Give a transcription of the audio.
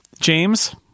James